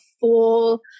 full